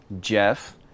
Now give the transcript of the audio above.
Jeff